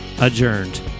adjourned